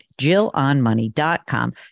jillonmoney.com